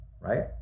right